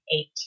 eight